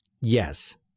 Yes